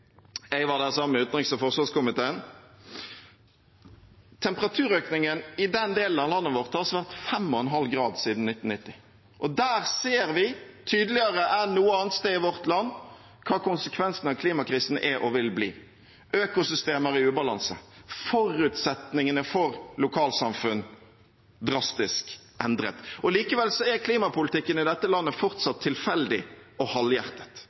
Jeg var der sammen med utenriks- og forsvarskomiteen. Temperaturøkningen i den delen av landet vårt har vært på 5,5 grader siden 1990. Der ser vi – tydeligere enn noe annet sted i vårt land – hva konsekvensene av klimakrisen er og vil bli: økosystemer i ubalanse, forutsetningene for lokalsamfunn blir drastisk endret. Likevel er klimapolitikken i dette landet fortsatt tilfeldig og halvhjertet.